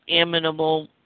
amenable